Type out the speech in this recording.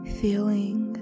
feeling